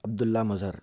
عَبدُ اللّہ مظہر